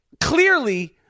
clearly